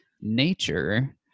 nature